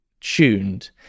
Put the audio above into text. tuned